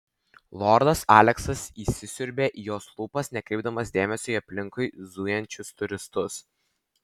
lordas aleksas įsisiurbė į jos lūpas nekreipdamas dėmesio į aplinkui zujančius turistus